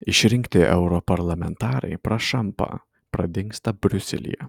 išrinkti europarlamentarai prašampa pradingsta briuselyje